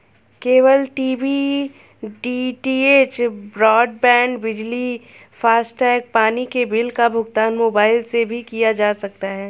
cable TV DTH, broadband, बिजली, FASTag, पानी के बिल का भुगतान मोबाइल से भी किया जा सकता है